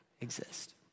exist